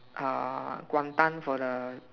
uh Guangdang for the